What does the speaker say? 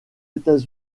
états